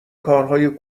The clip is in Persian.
کارهای